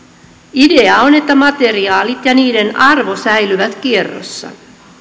idea on että materiaalit ja niiden arvo säilyvät kierrossa